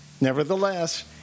Nevertheless